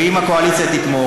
ואם הקואליציה תתמוך,